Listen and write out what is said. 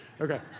Okay